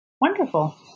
Wonderful